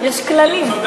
יש כללים.